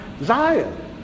Zion